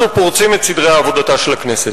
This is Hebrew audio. אנחנו פורצים את סדרי עבודתה של הכנסת.